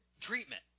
treatment